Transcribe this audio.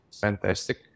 fantastic